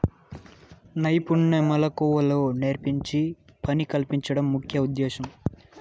నైపుణ్య మెళకువలు నేర్పించి పని కల్పించడం ముఖ్య ఉద్దేశ్యం